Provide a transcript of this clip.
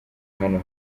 hano